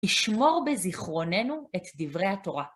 נשמור בזיכרוננו את דברי התורה.